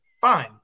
Fine